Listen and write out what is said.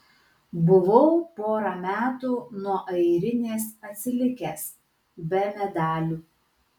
buvau porą metų nuo airinės atsilikęs be medalių